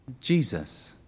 Jesus